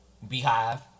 Beehive